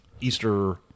Easter